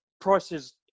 prices